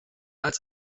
als